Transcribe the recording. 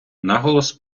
наголос